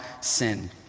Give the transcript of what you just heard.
sin